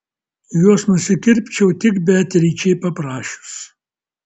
juos nusikirpčiau tik beatričei paprašius